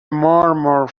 murmur